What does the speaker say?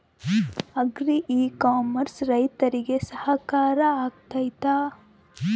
Agri e commerce ರೈತರಿಗೆ ಸಹಕಾರಿ ಆಗ್ತೈತಾ?